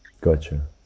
Gotcha